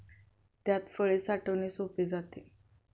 त्यात फळे साठवणे सोपे जाते